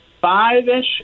Five-ish